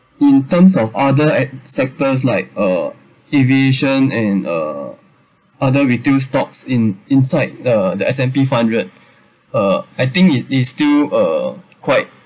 but in terms of other at~ sectors like uh aviation and uh other retail stocks in inside the the S and P five hundred uh I think it is still uh quite